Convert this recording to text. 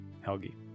Helgi